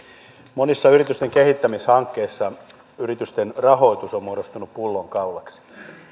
monissa yritysten kehittämishankkeissa yritysten rahoitus on muodostunut pullonkaulaksi